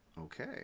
okay